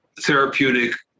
therapeutic